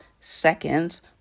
seconds